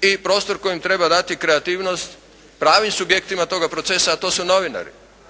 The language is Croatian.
i prostor kojim treba dati kreativnost pravim subjektima tog procesa, a to su novinari.